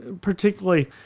particularly